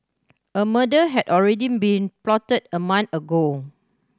a murder had already been plotted a month ago